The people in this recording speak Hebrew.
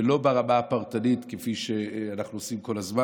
ולא ברמה הפרטנית, כפי שאנחנו עושים כל הזמן.